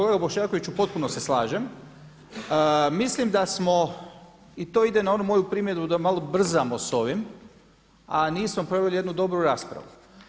Kolega Bošnjakoviću, potpuno se slažem, mislim da smo i to ide na onu moju primjedbu da malo brzamo sa ovim a nismo proveli jednu dobru raspravu.